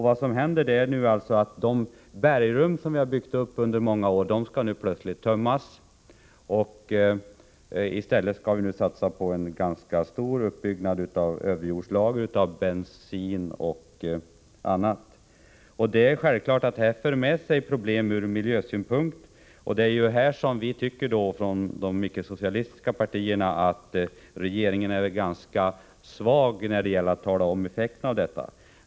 Vad som nu händer är att de bergrum som vi har byggt upp under många år plötsligt skall tömmas, och vi skalli stället satsa på en ganska stor uppbyggnad av överjordslager av bensin och annat. Detta för självfallet med sig problem ur miljösynpunkt, och vi tycker från de icke-socialistiska partierna att regeringen är ganska svag när det gäller att tala om effekterna härav.